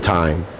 time